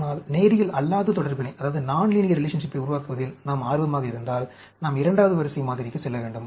ஆனால் நேரியல் அல்லாத தொடர்பினை உருவாக்குவதில் நாம் ஆர்வமாக இருந்தால் நாம் இரண்டாவது வரிசை மாதிரிக்கு செல்ல வேண்டும்